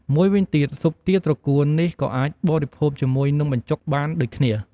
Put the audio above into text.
មួយវិញទៀត ស៊ុបទាត្រកួននេះក៏អាចបរិភោគជាមួយនំបញ្ចុកបានដូចគ្នា។